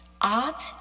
Art